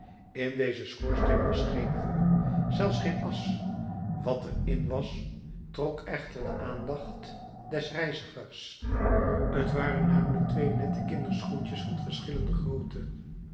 in dezen schoorsteen was geen vuur zelfs geen asch wat er in was trok echter de aandacht des reizigers t waren namelijk twee nette kinderschoentjes van verschillende grootte